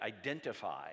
identify